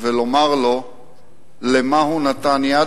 ולומר לו למה הוא נתן יד,